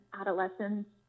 adolescents